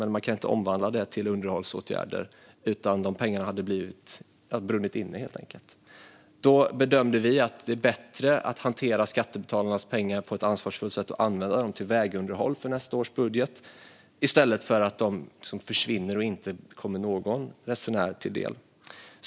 Man kunde inte omvandla dessa pengar till underhållsåtgärder, utan de hade helt enkelt brunnit inne. Då bedömde vi att det var bättre att hantera skattebetalarnas pengar på ett ansvarsfullt sätt och använda dem till vägunderhåll för nästa års budget i stället för att låta dem försvinna och inte komma någon resenär till del.